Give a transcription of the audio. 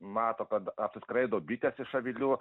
mato kad apsiskraido bitės iš avilių